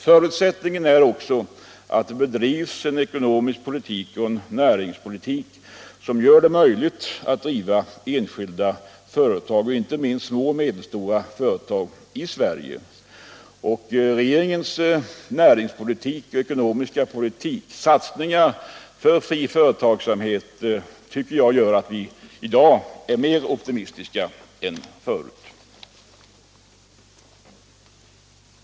Förutsättningen är emellertid att det förs en ekonomisk politik och en näringspolitik som gör det möjligt att driva enskilda företag i Sverige, inte minst små och medelstora. Regeringens näringspolitik och ekonomiska politik samt satsningarna på enskild fri företagsamhet gör att vi i dag kan vara mer optimistiska än förut.